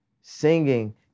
singing